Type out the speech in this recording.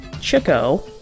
Chico